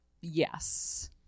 Yes